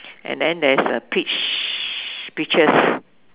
and then there is a peach peaches